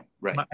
Right